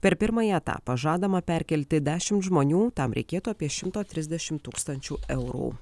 per pirmąjį etapą žadama perkelti dešimt žmonių tam reikėtų apie šimto trisdešimt tūkstančių eurų